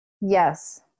Yes